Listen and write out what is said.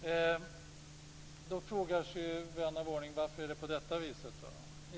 Då frågar sig vän av ordning: Varför är det på detta vis?